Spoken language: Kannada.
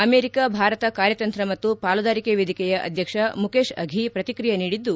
ಅಮೆರಿಕ ಭಾರತ ಕಾರ್ಯತಂತ್ರ ಮತ್ತು ಪಾಲುದಾರಿಕೆ ವೇದಿಕೆಯ ಅಧ್ವಕ್ಷ ಮುಖೇಶ್ ಅಫಿ ಪ್ರತಿಕ್ರಿಯೆ ನೀಡಿದ್ದು